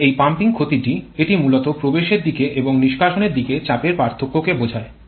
এখানে এই পাম্পিং ক্ষতিটি এটি মূলত প্রবেশ এর দিকে এবং নিষ্কাশনের দিকের চাপের পার্থক্য কে বোঝায়